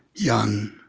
young,